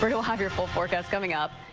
but we'll have your full forecast coming up.